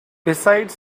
besides